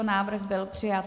Návrh byl přijat.